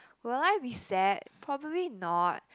will I be sad probably not